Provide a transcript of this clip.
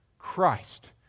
Christ